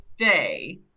stay